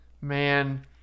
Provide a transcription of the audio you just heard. man